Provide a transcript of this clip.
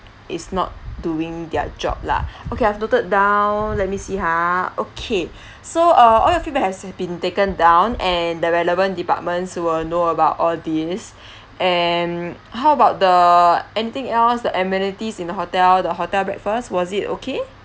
is not doing their job lah okay I have noted down let me see ha okay so uh all your feedback has been taken down and the relevant departments will know about all this and how about the anything else the amenities in the hotel the hotel breakfast was it okay